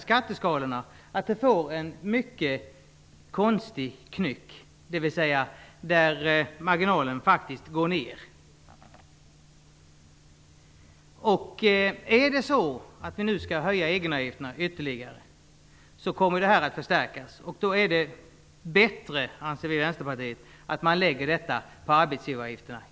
Skatteskalorna får en mycket konstig knyck där marginaleffekten går ned. Om vi höjer egenavgifterna ytterligare kommer detta att förstärkas. Vi i Vänsterpartiet anser att det är bättre att man i stället lägger detta på arbetsgivaravgifterna.